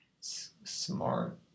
Smart